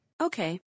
Okay